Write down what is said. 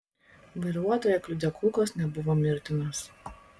vairuotoją kliudę kulkos nebuvo mirtinos